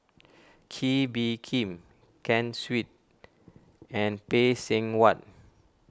Kee Bee Khim Ken Seet and Phay Seng Whatt